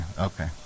okay